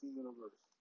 universe